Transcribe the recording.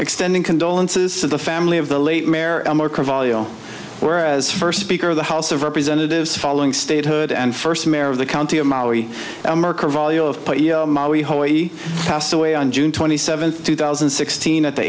extending condolences to the family of the late whereas first speaker of the house of representatives following statehood and first mare of the county of maui hawaii passed away on june twenty seventh two thousand and sixteen at the